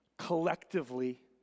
collectively